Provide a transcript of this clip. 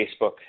Facebook